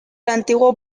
antiguo